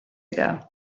ago